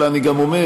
אלא אני גם אומר,